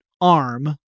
arm